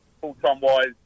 full-time-wise